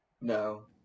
No